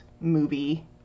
movie